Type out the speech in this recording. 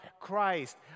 Christ